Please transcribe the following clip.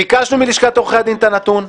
ביקשנו מלשכת עורכי הדין את הנתון,